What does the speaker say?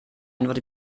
antwort